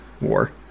War